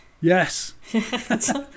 yes